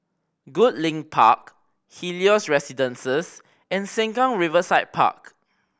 Goodlink Park Helios Residences and Sengkang Riverside Park